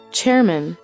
Chairman